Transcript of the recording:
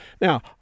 Now